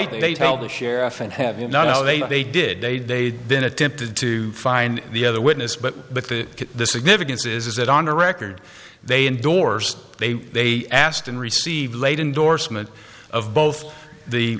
they tell the sheriff and have you know they they did they they'd been attempted to find the other witness but the significance is is that on the record they endorsed they they asked and received late indorsement of both the